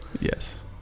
Yes